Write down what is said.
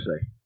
say